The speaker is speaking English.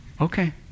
Okay